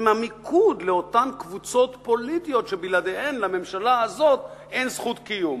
עם המיקוד לאותן קבוצות פוליטיות שבלעדיהן לממשלה הזו אין זכות קיום.